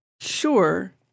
Sure